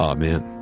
Amen